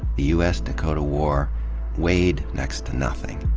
the u s. dakota war weighed next to nothing.